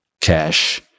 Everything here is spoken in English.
cash